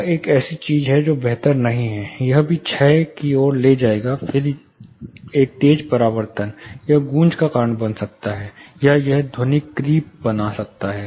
यह एक ऐसी चीज है जो बेहतर नहीं है यह भी क्षय की ओर ले जाएगा फिर एक तेज परावर्तन यह गूंज का कारण बन सकता है या यह ध्वनिक क्रीप बना सकता है